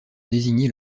désigner